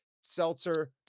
seltzer